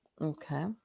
Okay